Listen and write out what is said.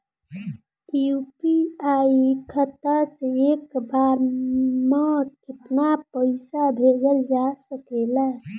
UPI खाता से एक बार म केतना पईसा भेजल जा सकेला?